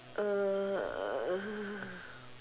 uh